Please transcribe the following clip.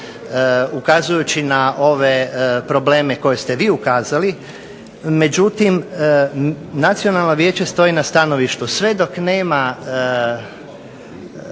ukazujući na ove probleme koje ste vi ukazali. Međutim, Nacionalno vijeće stoji na stanovištu, sve dok nema,